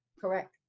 Correct